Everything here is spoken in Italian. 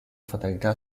fatalità